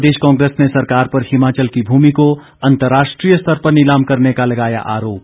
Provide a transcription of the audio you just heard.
प्रदेश कांग्रेस ने सरकार पर हिमाचल की भूमि को अंतर्राष्ट्रीय स्तर पर नीलाम करने का लगाया आरोप